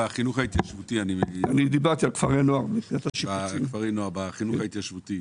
החינוך ההתיישבותי --- דיברתי על כפרי נוער בחינוך ההתיישבותי.